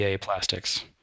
plastics